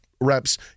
reps